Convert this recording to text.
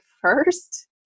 first